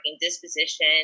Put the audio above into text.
disposition